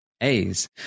a's